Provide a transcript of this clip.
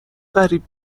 قریب